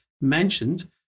mentioned